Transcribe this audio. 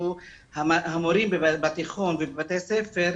המורים הכוללניים בתיכון ובבתי הספר,